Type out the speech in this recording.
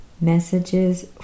Messages